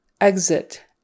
Exit